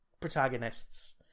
protagonists